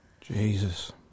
Jesus